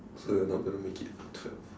so you are not going to make it for twelve